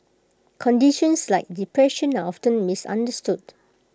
conditions like depression are after misunderstood